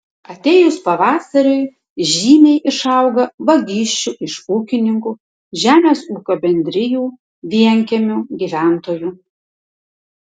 atėjus pavasariui žymiai išauga vagysčių iš ūkininkų žemės ūkio bendrijų vienkiemių gyventojų